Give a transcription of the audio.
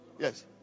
Yes